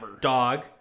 Dog